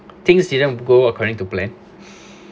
things didn't go according to plan